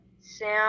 sam